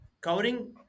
covering